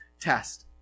test